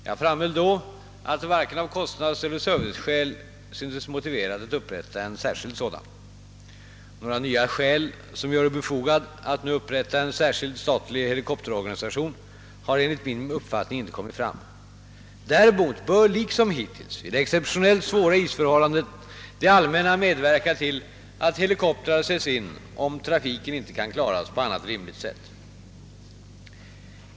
Jag framhöll då, att det varken av kostnadseller serviceskäl syntes motiverat att upprätta en sådan. Några nya skäl som gör det befogat att nu upprätta en särskild statlig helikopterorganisation har enligt min uppfattning inte kommit fram. Däremot bör liksom hittills vid exceptionellt svåra isförhållanden det allmänna medverka till att helikoptrar sätts in, om trafiken inte kan klaras på annat rimligt sätt.